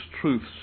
truths